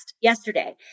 yesterday